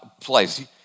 place